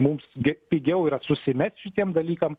mums gi pigiau yra susimest šitiem dalykam